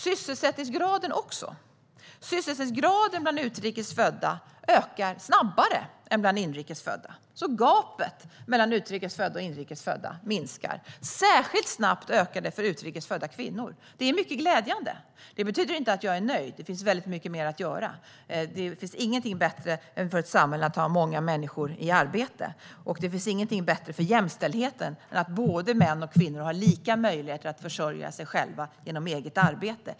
Sysselsättningsgraden också - sysselsättningsgraden ökar snabbare bland utrikes födda än bland inrikes födda. Gapet mellan utrikes och inrikes födda minskar alltså. Särskilt snabb är ökningen för utrikes födda kvinnor, vilket är mycket glädjande. Det betyder inte att jag är nöjd. Det finns mycket mer att göra. Det finns ingenting bättre för ett samhälle än att ha många människor i arbete, och det finns ingenting bättre för jämställdheten än att män och kvinnor har lika möjligheter att försörja sig själva genom eget arbete.